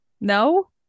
no